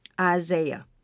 Isaiah